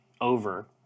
over